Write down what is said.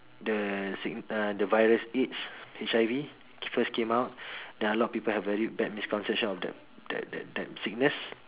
the sick~ uh the virus AIDS H_I_V first came out then a lot of people had very bad misconception of that that that that sickness